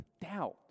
doubt